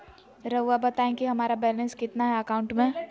रहुआ बताएं कि हमारा बैलेंस कितना है अकाउंट में?